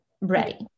ready